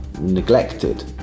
neglected